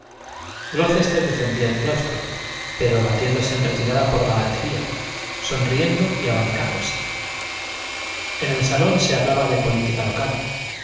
glocester defendía el claustro pero batiéndose en retirada por galantería sonriendo y abanicándose en el salón se hablaba de política local